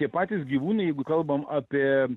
tie patys gyvūnai jeigu kalbam apie